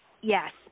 Yes